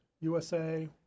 USA